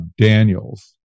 Daniels